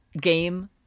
game